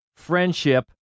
friendship